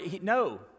No